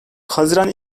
haziran